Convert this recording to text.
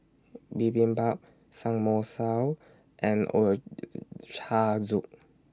Bibimbap Samgeyopsal and Ochazuke